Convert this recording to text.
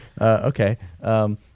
Okay